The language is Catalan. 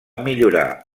millorar